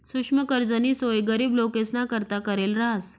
सुक्ष्म कर्जनी सोय गरीब लोकेसना करता करेल रहास